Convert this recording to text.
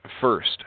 first